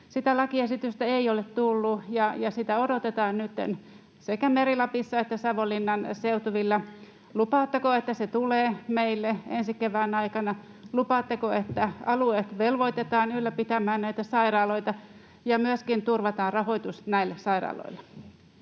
Sitä lakiesitystä ei ole tullut, ja sitä odotetaan nyt sekä Meri-Lapissa että Savonlinnan seutuvilla. Lupaatteko, että se tulee meille ensi kevään aikana? Lupaatteko, että alueet velvoitetaan ylläpitämään näitä sairaaloita ja myöskin turvataan rahoitus näille sairaaloille?